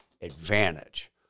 advantage